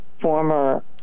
former